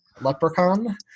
leprechaun